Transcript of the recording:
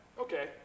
Okay